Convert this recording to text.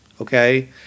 Okay